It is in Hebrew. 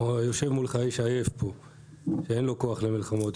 יושב מולך איש עייף שאין לו כוח יותר למלחמות.